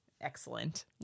Excellent